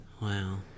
Wow